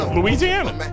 Louisiana